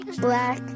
black